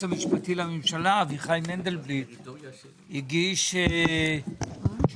המשפטי לממשלה אביחי מנדלבליט הגיש תשובה.